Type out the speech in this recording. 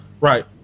Right